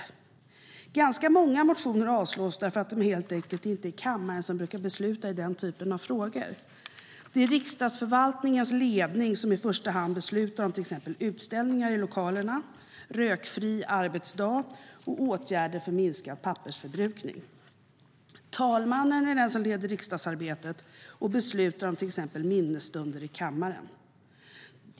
Ganska motioner avslås därför att det helt enkelt inte är kammaren som brukar besluta i den typen av frågor. Det är Riksdagsförvaltningens ledning som i första hand beslutar om till exempel utställningar i lokalerna, rökfri arbetsdag och åtgärder för minskad pappersförbrukning. Talmannen är den som leder riksdagsarbetet och beslutar om till exempel minnesstunder i kammaren.